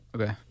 okay